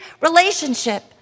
relationship